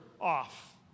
off